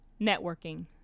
Networking